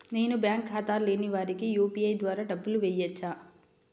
నేను బ్యాంక్ ఖాతా లేని వారికి యూ.పీ.ఐ ద్వారా డబ్బులు వేయచ్చా?